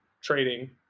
trading